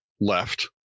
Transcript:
left